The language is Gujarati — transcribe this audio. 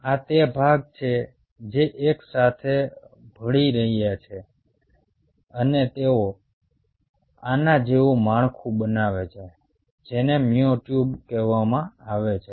આ તે ભાગ છે જે એક સાથે ભળી રહ્યા છે અને તેઓ આના જેવું માળખું બનાવે છે જેને મ્યોટ્યુબ કહેવામાં આવે છે